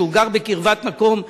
שגר בקרבת מקום מגורי,